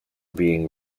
being